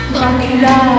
Dracula